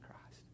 Christ